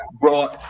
brought